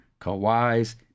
Kawhi's